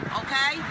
okay